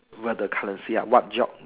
where the currency lah what job